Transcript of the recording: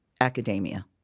academia